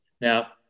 Now